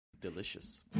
Delicious